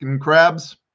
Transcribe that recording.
crabs